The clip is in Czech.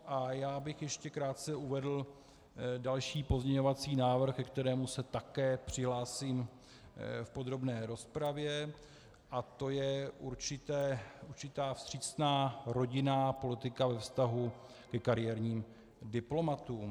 A já bych ještě krátce uvedl další pozměňovací návrh, ke kterému se také přihlásím v podrobné rozpravě, a to je určitá vstřícná rodinná politika ve vztahu ke kariérním diplomatům.